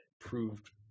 proved